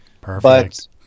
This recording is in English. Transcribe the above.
Perfect